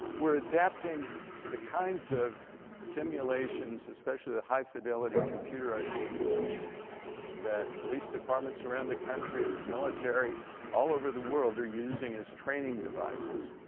we're adapting the kinds of simulations, especially the high fidelity computerized situations that police departments around the country and the military all over the world are using as training devices.